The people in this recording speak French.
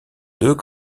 deux